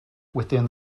within